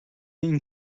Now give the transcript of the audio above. این